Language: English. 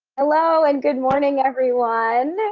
hello and good morning everyone!